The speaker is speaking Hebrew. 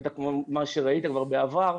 בטח כפי שראיתם בעבר,